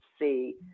see